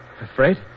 Afraid